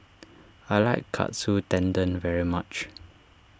I like Katsu Tendon very much